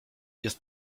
jest